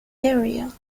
area